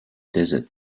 desert